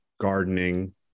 gardening